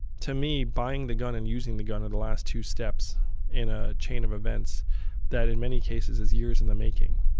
to me, buying the gun and using the gun are the last two steps in a chain of events that, in many cases, is years in the making.